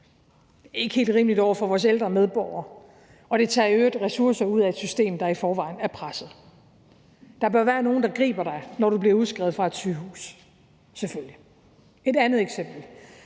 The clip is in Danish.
helt rimeligt over for vores ældre medborgere, og det tager i øvrigt ressourcer ud af et system, der i forvejen er presset. Der bør være nogen, der griber dig, når du bliver udskrevet fra et sygehus – selvfølgelig.